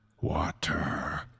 water